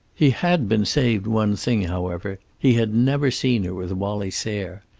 he had been saved one thing, however he had never seen her with wallie sayre.